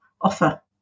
offer